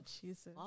Jesus